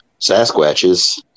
Sasquatches